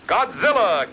Godzilla